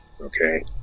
okay